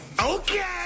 okay